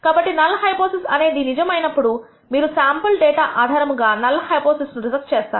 కాబట్టి null hypothesis అనేది నిజం అయినప్పుడు మీరు శాంపుల్ డేటా ఆధారముగా నల్ హైపోథిసిస్ ను రిజెక్ట్ చేస్తారు